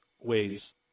ways